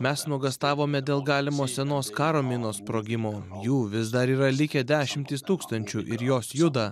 mes nuogąstavome dėl galimo senos karo minos sprogimo jų vis dar yra likę dešimtys tūkstančių ir jos juda